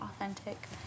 authentic